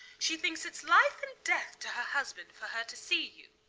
she thinks it's life and death to her husband for her to see you.